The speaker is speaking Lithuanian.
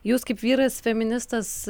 jūs kaip vyras feministas